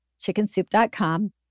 chickensoup.com